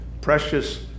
precious